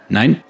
Nein